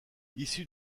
issue